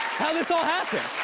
how'd this all happen?